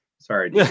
Sorry